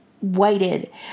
waited